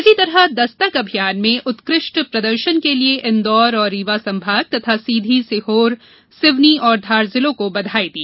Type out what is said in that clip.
इसी प्रकार दस्तक अभियान में उत्कृष्ट प्रदर्शन के लिए इंदौर एवं रीवा संभाग तथा सीधी सीहोर सिवनी एवं धार जिलों को बधाई दी